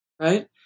right